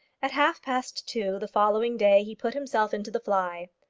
at half-past two the following day he put himself into the fly.